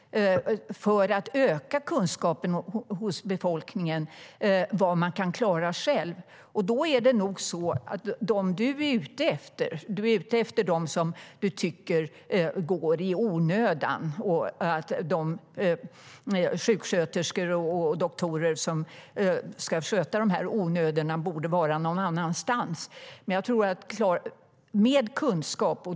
Det ökar kunskapen hos befolkningen om vad man kan klara själv. Du är ute efter dem som du tycker söker vård i onödan och att de läkare och sjuksköterskor som ska ta hand om de onödiga besöken borde vara någon annanstans.